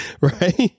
Right